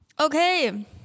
Okay